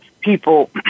people